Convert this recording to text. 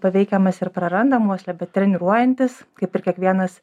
paveikiamas ir prarandam uoslę bet treniruojantis kaip ir kiekvienas